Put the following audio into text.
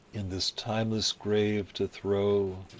in this timeless grave to throw,